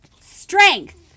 strength